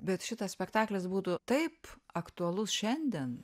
bet šitas spektaklis būtų taip aktualus šiandien